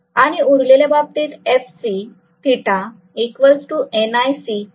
आणि उरलेल्या बाबतीत FC θ NiC cosθ 120